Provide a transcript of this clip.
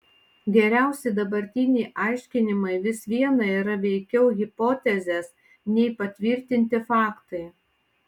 geriausi dabartiniai aiškinimai vis viena yra veikiau hipotezės nei patvirtinti faktai